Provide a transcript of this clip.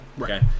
okay